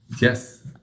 Yes